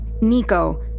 Nico